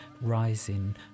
rising